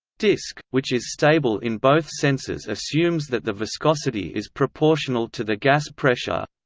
disk, which is stable in both senses assumes that the viscosity is proportional to the gas pressure